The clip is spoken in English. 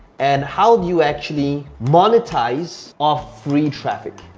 and how do you actually monetize of free traffic?